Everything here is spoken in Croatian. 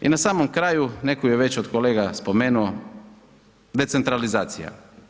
I na samom kraju, neko je već od kolega spomenuo decentralizacija.